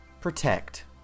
Protect